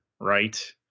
right